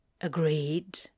Agreed